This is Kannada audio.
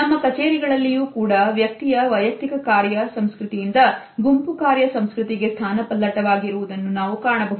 ನಮ್ಮ ಕಚೇರಿಗಳಲ್ಲಿಯೂ ಕೂಡ ವ್ಯಕ್ತಿಯ ವೈಯಕ್ತಿಕ ಕಾರ್ಯ ಸಂಸ್ಕೃತಿಯಿಂದ ಗುಂಪು ಕಾರ್ಯ ಸಂಸ್ಕೃತಿಗೆ ಸ್ಥಾನ ಪಲ್ಲಟವಾಗಿ ಇರುವುದನ್ನು ನಾವು ಕಾಣಬಹುದು